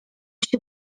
się